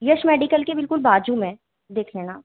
यश medical के बिल्कुल बाजू में देख लेना